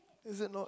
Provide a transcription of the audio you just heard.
is it not